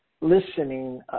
listening